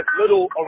little